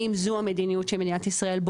האם זו המדיניות שמדינת ישראל,